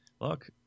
look